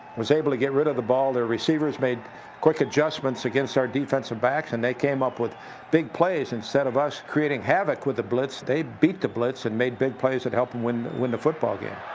was able to get rid of the ball. their receivers made quick adjustments against our defensive backs, and they came up with big plays. instead of us creating havoc with the blitz, they beat the blitz and made big plays that helped them win win the football game.